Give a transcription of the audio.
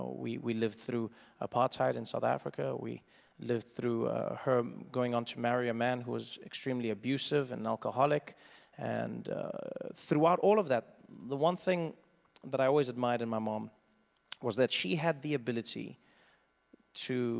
we we lived through apartheid in south africa, we lived through her going on to marry a man who was extremely abusive, and an alcoholic and throughout all of that the one thing that i always admired in my mom was that she had the ability to